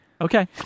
Okay